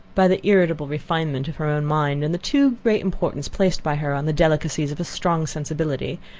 by the irritable refinement of her own mind, and the too great importance placed by her on the delicacies of a strong sensibility,